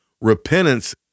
repentance